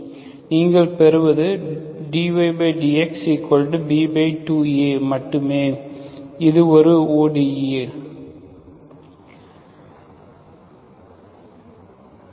நீங்கள் பெறுவது dydxB2Aமட்டுமே ஒரு ODE